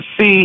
see